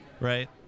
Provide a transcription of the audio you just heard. right